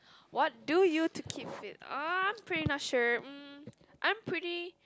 what do you to keep fit uh I'm pretty not sure mm I'm pretty